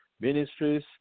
ministries